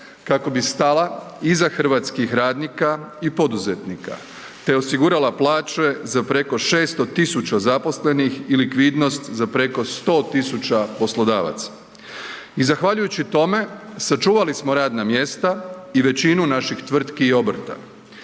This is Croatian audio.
kako bi stala iza hrvatskih radnika i poduzetnika te osigurala plaća za preko 600 tisuća zaposlenih i likvidnost za preko 100 tisuća poslodavaca i zahvaljujući tome sačuvali smo radna mjesta i većinu naših tvrtki i obrta.